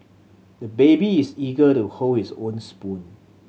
the baby is eager to hold his own spoon